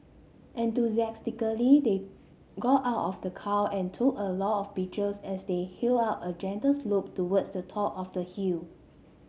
enthusiastically they got out of the car and took a lot of pictures as they up a gentle slope towards the top of the hill